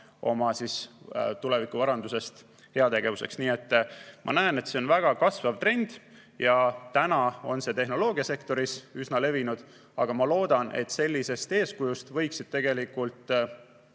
oma tuleviku varandusest heategevuseks. Nii et ma näen, et see on kasvav trend. Praegu on see tehnoloogiasektoris üsna levinud, aga ma loodan, et sellisest eeskujust võiksid tegelikult